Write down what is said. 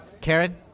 Karen